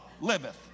liveth